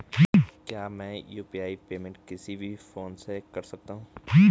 क्या मैं UPI payment किसी भी फोन से कर सकता हूँ?